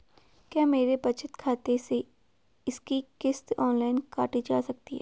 क्या मेरे बचत खाते से इसकी किश्त ऑनलाइन काटी जा सकती है?